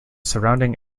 surrounding